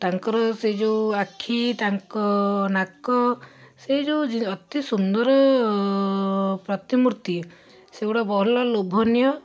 ତାଙ୍କର ସେଇ ଯେଉଁ ଆଖି ତାଙ୍କ ନାକ ସେଇ ଯେଉଁ ଜି ଅତି ସୁନ୍ଦର ପ୍ରତିମୂର୍ତ୍ତି ସେଗୁଡ଼ା ଭଲ ଲୋଭନୀୟ